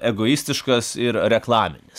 egoistiškas ir reklaminis